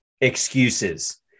excuses